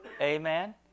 Amen